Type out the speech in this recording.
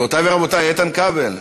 גבירותי ורבותי, איתן כבל.